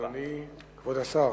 כבוד השר,